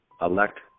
elect